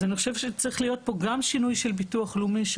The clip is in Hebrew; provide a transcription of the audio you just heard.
אז אני חושבת שצריך להיעשות פה תיקון של הביטוח הלאומי,